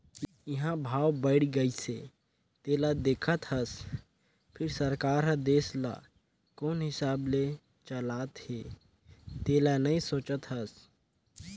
इंहा भाव बड़ गइसे तेला देखत हस फिर सरकार हर देश ल कोन हिसाब ले चलात हे तेला नइ सोचत हस